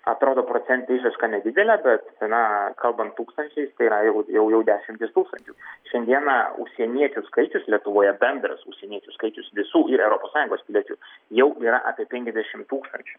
atrodo procente išraiška nedidelė bet na kalbant tūkstančiais tai yra jau jau jau dešimtys tūkstančių šiandieną užsieniečių skaičius lietuvoje bendras užsieniečių skaičius visų ir europos sąjungos piliečių jau yra apie penkiasdešim tūkstančių